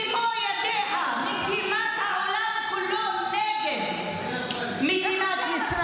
במו-ידיה היא מקימה את העולם כולו נגד מדינת ישראל,